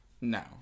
No